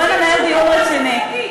בואי ננהל דיון רציני.